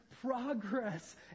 progress